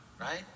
right